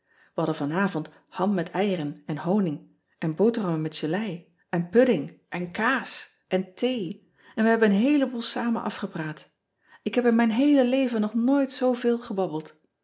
ij hadden vanavond ham met eieren en honing en boterhammen met gelei en pudding en kaas en thee en we hebben een heeleboel samen afgepraat k heb in mijn heele leven nog nooit zooveel gebabbeld